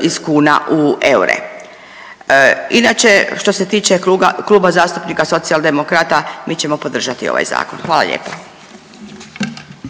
iz kuna u eure. Inače što se tiče Kluba zastupnika Socijaldemokrata mi ćemo podržati ovaj zakon. Hvala lijepa.